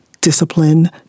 discipline